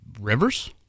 Rivers